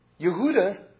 Yehuda